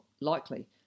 Likely